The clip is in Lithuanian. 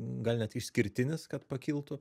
gal net išskirtinis kad pakiltų